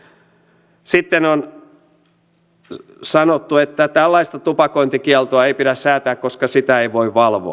sitten on sanottu että tällaista tupakointikieltoa ei pidä säätää koska sitä ei voi valvoa